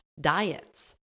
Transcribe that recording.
diets